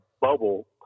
bubble